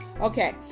okay